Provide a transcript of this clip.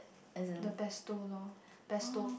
as in !woah!